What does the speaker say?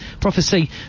prophecy